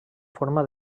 forma